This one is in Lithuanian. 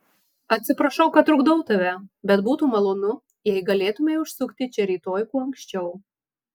atsiprašau kad trukdau tave bet būtų malonu jei galėtumei užsukti čia rytoj kuo anksčiau